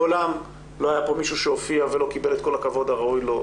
מעולם לא היה כאן מישהו שהופיע ולא קיבל את כל הכבוד הראוי לו,